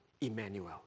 Emmanuel